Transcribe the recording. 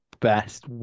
best